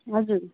हजुर